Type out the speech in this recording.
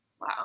Wow